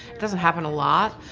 doesn't happen a lot,